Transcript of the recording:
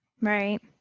Right